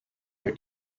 her